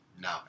No